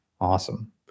awesome